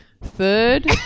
Third